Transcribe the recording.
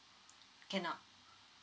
cannot